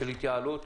התייעלות.